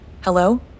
Hello